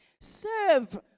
Serve